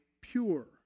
pure